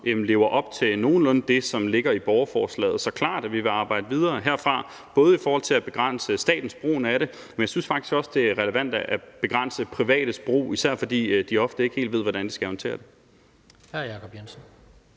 lever op til det, som ligger i borgerforslaget. Så det er klart, at vi vil arbejde videre herfra, bl.a. i forhold til at begrænse statens brug af det, men jeg synes faktisk også, at det er relevant at begrænse privates brug, især fordi de ofte ikke helt ved, hvordan de skal håndtere det. Kl. 17:13 Tredje